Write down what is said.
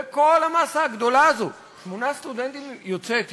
בכל המאסה הגדולה הזו שמונה סטודנטים יוצאי אתיופיה?